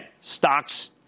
Stocks